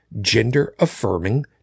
gender-affirming